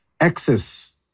access